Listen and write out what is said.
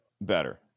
better